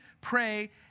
pray